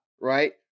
right